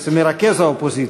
בעצם מְרַכֵּז האופוזיציה,